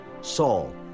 Saul